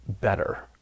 better